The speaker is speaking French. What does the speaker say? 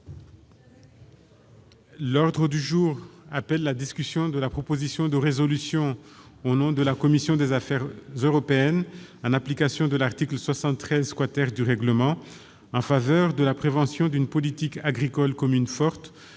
affaires européennes, de la proposition de résolution au nom de la commission des affaires européennes, en application de l'article 73 du règlement, en faveur de la préservation d'une Politique agricole commune forte,